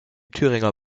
thüringer